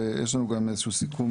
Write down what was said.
ויש לנו גם איזשהו סיכום